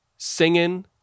singing